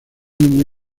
muy